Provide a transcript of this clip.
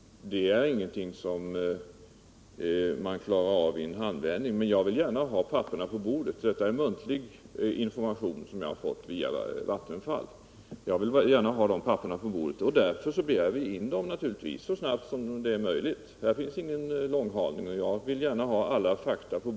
Sådant klarar man inte av i en handvändning. Dessutom vill jag gärna ha papperen på bordet — det jag anfört här är muntlig information som jag har fått via Vattenfall — och därför har vi naturligtvis begärt att få dessa papper så snart som det är möjligt. Det föreligger således inte någon långhalning i det här sammanhanget.